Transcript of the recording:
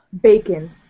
Bacon